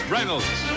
Reynolds